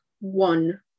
one